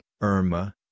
Irma